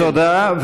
תודה.